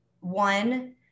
one